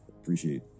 appreciate